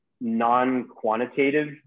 non-quantitative